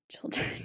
children